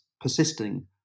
persisting